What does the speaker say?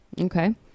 Okay